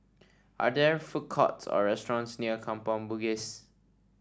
are there food courts or restaurants near Kampong Bugis